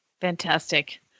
Fantastic